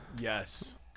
Yes